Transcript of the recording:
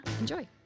enjoy